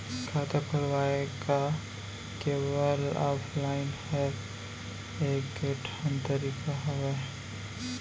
खाता खोलवाय के का केवल ऑफलाइन हर ऐकेठन तरीका हवय?